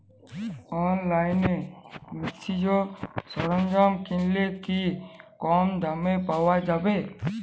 অনলাইনে কৃষিজ সরজ্ঞাম কিনলে কি কমদামে পাওয়া যাবে?